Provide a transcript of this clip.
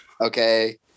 okay